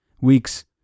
weeks